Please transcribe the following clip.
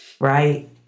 Right